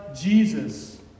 Jesus